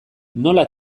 nola